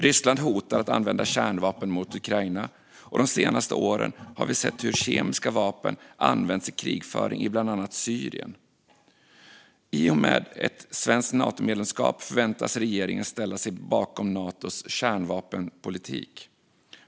Ryssland hotar att använda kärnvapen mot Ukraina, och de senaste åren har vi sett hur kemiska vapen använts i krigföring i bland annat Syrien. I och med ett svenskt Natomedlemskap förväntas regeringen ställa sig bakom Natos kärnvapenpolitik.